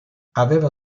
aveva